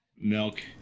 Milk